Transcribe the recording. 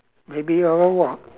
maybe I'm a what